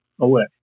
away